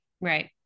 Right